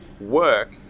work